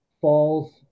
falls